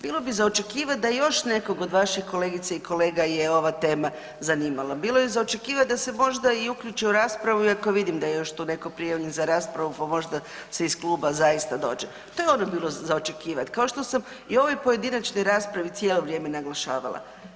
Bilo bi za očekivat da još nekog od vaših kolegica i kolega je ova tema zanimala, bilo je za očekivat da se možda i uključi u raspravu iako vidim da je još tu neko prijavljen za raspravu pa možda se iz kluba zaista dođe, to je bilo za očekivat kao što sam i u ovoj pojedinačnoj raspravi cijelo vrijeme naglašavala.